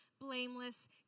blameless